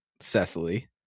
Cecily